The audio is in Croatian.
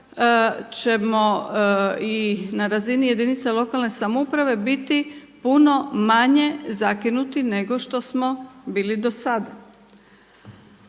ćemo i na razini jedinica lokalne samouprave biti puno manje zakinuti nego što smo bili do sada.